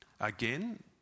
Again